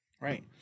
Right